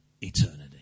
eternity